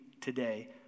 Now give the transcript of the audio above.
today